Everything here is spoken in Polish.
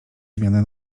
zmiany